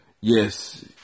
yes